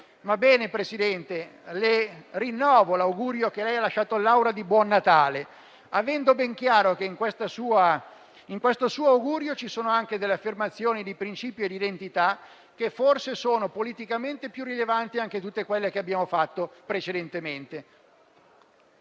ebbene, Presidente, le rinnovo l'augurio di buon Natale che lei ha rivolto all'Assemblea, avendo ben chiaro che in questo suo augurio ci sono anche affermazioni di principio e d'identità che forse sono politicamente più rilevanti anche di tutte quelle che abbiamo fatto precedentemente.